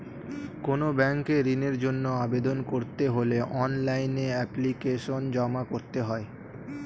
কোনো ব্যাংকে ঋণের জন্য আবেদন করতে হলে অনলাইনে এপ্লিকেশন জমা করতে হয়